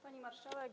Pani Marszałek!